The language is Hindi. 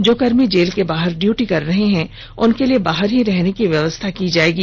जो कर्मी जेल के बाहर ड्यूटी कर रहे हैं उनके लिए बाहर ही रहने की व्यवस्था की जाएगी